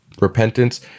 repentance